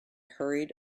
hurried